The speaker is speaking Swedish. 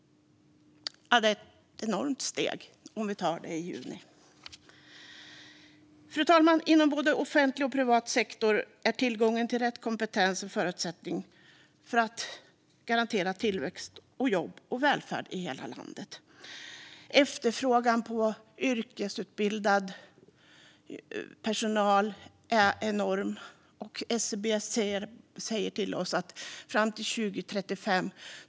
Det är ett enormt steg om vi antar förslaget i juni. Fru talman! Inom både offentlig och privat sektor är tillgången till rätt kompetens en förutsättning för att garantera tillväxt, jobb och välfärd i hela landet. Efterfrågan på yrkesutbildad personal är enorm. Enligt SCB kommer efterfrågan att öka fram till 2035.